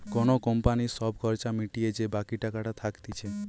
কোন কোম্পানির সব খরচা মিটিয়ে যে বাকি টাকাটা থাকতিছে